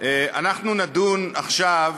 אנחנו נדון עכשיו